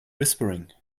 whispering